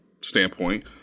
standpoint